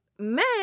Men